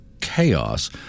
chaos